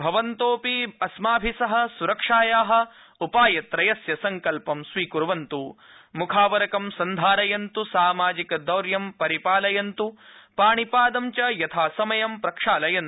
भवन्तोऽपि अस्माभि सह सुरक्षाया उपायत्रयस्य सङ्कल्प स्वीक्वन्त् मुखावरकं सन्धारयन्त् सामाजिकदौर्यं परिपालयन्त् पाणिपादं च यथासमयं प्रक्षालयन्त